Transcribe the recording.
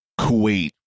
Kuwait